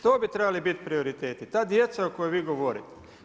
To bi trebali biti prioriteti, ta djeca o kojoj vi govorite.